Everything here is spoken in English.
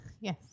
Yes